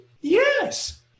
yes